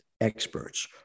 experts